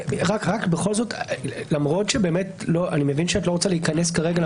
בכל זאת, אני מבין שאת לא רוצה להיכנס כרגע.